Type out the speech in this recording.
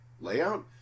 layout